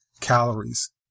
calories